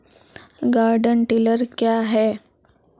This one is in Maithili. गार्डन टिलर क्या हैं?